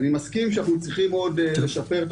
אני מסכים שאנחנו צריכים עוד לשפר את